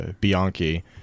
Bianchi